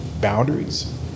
boundaries